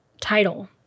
title